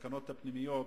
הסכנות הפנימיות,